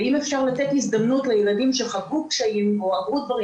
ואם אפשר לתת הזדמנות לילדים שחוו קשיים או עברו דברים